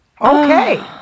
Okay